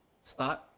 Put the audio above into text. start